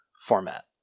format